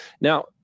Now